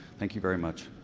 thank you very much.